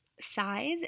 size